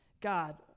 God